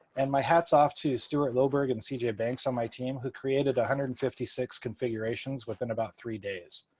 and my hat's off to stuart loberg and cj banks on my team, who created one hundred and fifty six configurations within about three days.